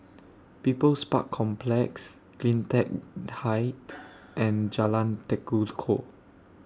People's Park Complex CleanTech Height and Jalan Tekukor